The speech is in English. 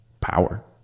Power